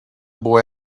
boy